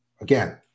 again